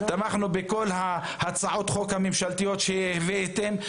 תמכנו בכל הצעות החוק הממשלתיות שהבאתם.